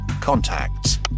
contacts